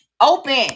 open